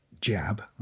jab